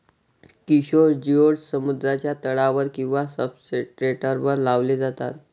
किशोर जिओड्स समुद्राच्या तळावर किंवा सब्सट्रेटवर लावले जातात